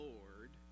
Lord